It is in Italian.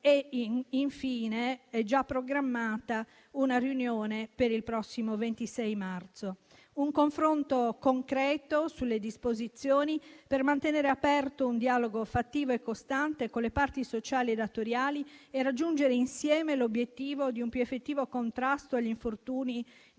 e, infine, è già programmata una riunione per il prossimo 26 marzo. Si tratta di un confronto concreto sulle disposizioni per mantenere aperto un dialogo fattivo e costante con le parti sociali e datoriali e raggiungere insieme l'obiettivo di un più effettivo contrasto agli infortuni nei